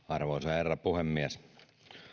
arvoisa herra puhemies